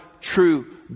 true